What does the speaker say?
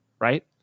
right